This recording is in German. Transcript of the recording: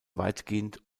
weitgehend